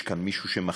יש כאן מישהו שמחליט,